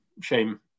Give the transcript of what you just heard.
shame